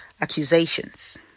accusations